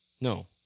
No